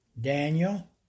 Daniel